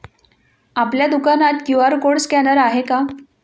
आपल्या दुकानात QR code scanner आहे का?